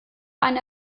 eine